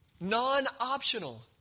Non-optional